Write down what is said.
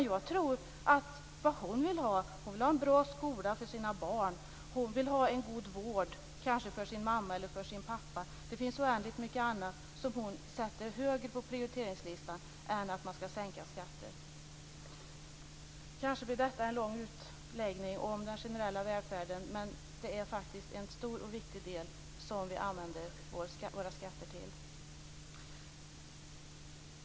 Jag tror att hon i stället vill ha en bra skola för sina barn och kanske en god vård för sin mamma eller sin pappa. Det finns oändligt mycket annat som hon sätter högre på prioriteringslistan än att skatterna skall sänkas. Kanske blir detta en lång utläggning om den generella välfärden, men det är faktiskt en stor och viktig del av det vi använder våra skatter till.